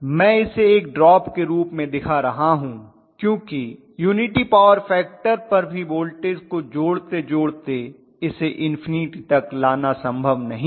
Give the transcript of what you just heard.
मैं इसे एक ड्रॉप के रूप में दिखा रहा हूं क्योंकि यूनिटी पॉवर फैक्टर पर भी वोल्टेज को जोड़ते जोड़ते इसे इन्फिनटी तक लाना संभव नहीं है